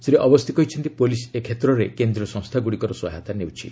ଶ୍ରୀ ଅବସ୍ଥି କହିଛନ୍ତି ପୁଲିସ୍ ଏ କ୍ଷେତ୍ରରେ କେନ୍ଦ୍ରୀୟ ସଂସ୍ଥାଗୁଡ଼ିକର ସହାୟତା ନେଇଛି